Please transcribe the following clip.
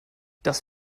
das